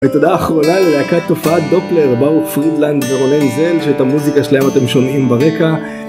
ותודה אחרונה ללהקת תופעת דופלר באו פרידלנד ורולנזל שאת המוזיקה שלהם אתם שומעים ברקע